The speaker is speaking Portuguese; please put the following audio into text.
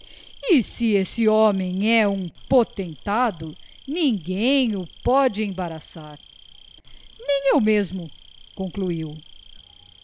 si esse homem é um potentado ninguém o pôde embaraçar nem eu mesmo concluiu